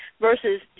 versus